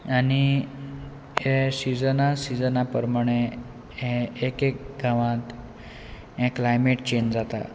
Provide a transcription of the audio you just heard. आनी हे सिजना सिजना प्रमाणे एक एक गांवांत हें क्लायमेट चेंज जाता